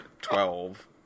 Twelve